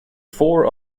four